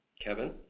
Kevin